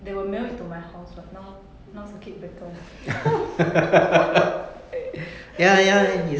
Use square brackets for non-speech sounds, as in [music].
they will mail it to my house [what] now now circuit breaker [laughs]